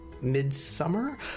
midsummer